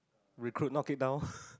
recruit knock it down